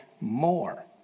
more